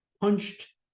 punched